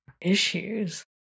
Issues